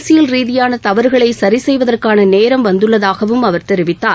அரசியல் ரீதியான தவறுகளை சரிசெய்வதற்கான நேரம் வந்துள்ளதாகவும் அவர் தெரிவித்தார்